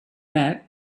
that